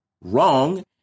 wrong